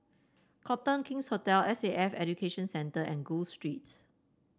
Copthorne King's Hotel S A F Education Centre and Gul Street